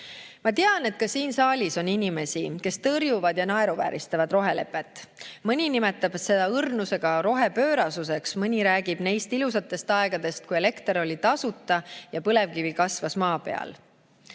Ma tean, et siin saalis on inimesi, kes tõrjuvad ja naeruvääristavad rohelepet. Mõni nimetab seda õrnusega rohepöörasuseks. Mõni räägib neist ilusatest aegadest, kui elekter oli tasuta ja põlevkivi kasvas maa peal.